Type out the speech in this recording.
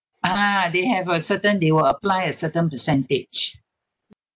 ah they have a certain they will apply a certain percentage